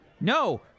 No